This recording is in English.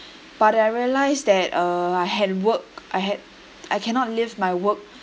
but I realised that uh I had work I had I cannot leave my work